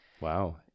Wow